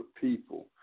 people